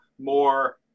more